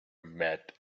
met